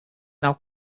now